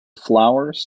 flowers